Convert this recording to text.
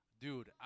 dude